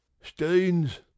steins